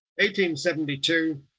1872